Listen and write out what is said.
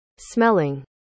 smelling